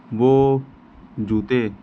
वो जूते